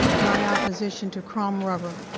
my opposition to chrome rubber.